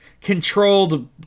controlled